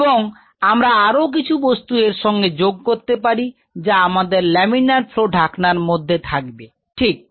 এখন আমরা আরও কিছু বস্তু এর সঙ্গে যোগ করতে পারি যা আমাদের লামিনার ফ্ল ঢাকনার মধ্যে থাকবে ঠিক